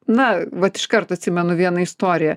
na vat iš kart atsimenu vieną istoriją